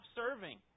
serving